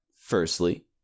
firstly